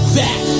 back